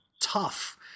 tough